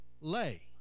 lay